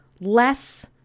less